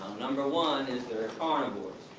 number one is they're ah carnivores.